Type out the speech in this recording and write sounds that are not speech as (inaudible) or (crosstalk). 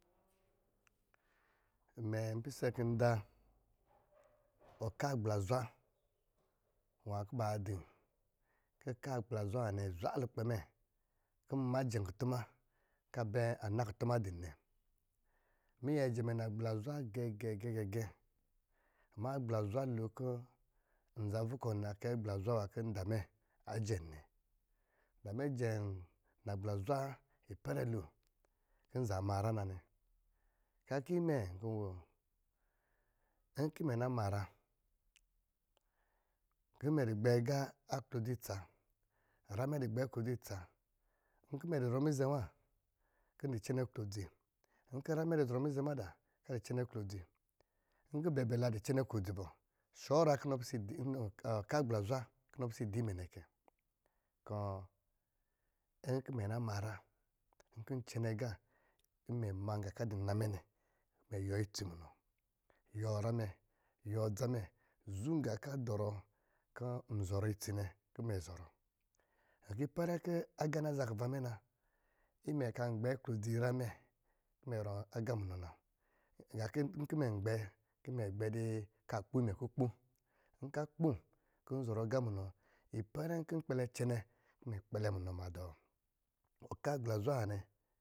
Imɛ npisɛ kɔ̄ n da ɔka agblazwa nwá kɔ̄ ba dɔm, kɔ̄ ɔka agblazwa nwá nɛ azwa lukpɛ mɛ kɔ̄ n majɛ nkutuma kɔ̄ a bɛ, an na kutuma dɔm nɛ, minyɛ jɛmɛ nagbla zwa gɛ́ gɛ́ gɛ́ agblazwa lo kɔ̄ n za vuk` na kɛ agblazwa nwá kó nda mɛ a jɛm nɛ nda mɛ a jɛm nagbla zwa ipɛrɛ lo kɔ̄ nzaa ma nyrá na nɛ. A kɔ̄ imɛ? Nkɔ̄ nnwoo, nkɔ̄ ime na ma nyrá kɔ̄ imɛ dɔ̄ gbɛ agá aklodzi a tsa, nyrá mɛ nnwá dɔ̄ gbɛ aklodzi a tsa, nkɔ̄ imɛ zɔrɔ mizɛ́ kɔ̄ n dɔ̄ cɛnɛ aklodzi, iyi nkɔ̄ nyrá mɛ dɔ̄ zɔrɔ mizɛ́ wa kɔ̄ a dɔ̄ cɛnɛ aklodzi, nkɔ̄ bɛɛbɛ la dɔ̄ cɛnɛ aklodzi bɔ shawara kɔ̄ inɔ pisɛ ɔka agblazwa kɔ̄ inɔ pisɛ idɔ imɛ nɛkɛ. kɔ̄ inɔ idɔ imɛ nɛkɛ, kɔ̄ nkɔ̄ imɛ na ma nyrá, nkɔ̄ cɛnɛ agá kɔ̄ imɛ ma ngá kɔ̄ adɔ̄ nnamɛ nɛ kɔ̄ imɛ yuwɔ itsi munɔ yuwɔ nyrá mɛ, yuwɔ adza mɛ zum agá kɔ̄ adɔ̄ nwá itsi nɛ kɔ̄ imɛ zɔrɔ akɔ̄ ipɛrɛ kɔ̄ (unintelligible) na zaa kuva mɛ na kɔ̄ imɛ kan gbɛ aklodzi a nyrá mɛ kɔ̄ imɛ zɔrɔ agá muno na, nkɔ̄ imɛ gbɛ kɔ̄ a kpo imɛ kpiikpon nkɔ̄ a kpom kɔ̄ nzɔrɔ agá munɔ ipɛrɛ kɔ̄ nkpɛle cɛnɛ kɔ̄ imɛ kpɛle munɔ ma dɔɔ, ɔka agblazwa nwá nɛ.